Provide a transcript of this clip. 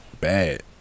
bad